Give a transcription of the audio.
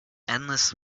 endless